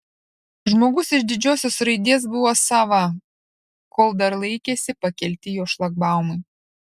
žmogus iš didžiosios raidės buvo sava kol dar laikėsi pakelti jo šlagbaumai